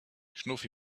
schnuffi